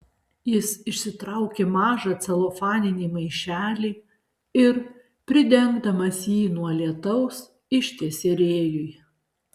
jis išsitraukė mažą celofaninį maišelį ir pridengdamas jį nuo lietaus ištiesė rėjui